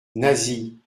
nasie